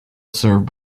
served